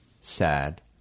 sad